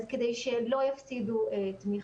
אז כדי שלא יפסידו תמיכה.